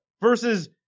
versus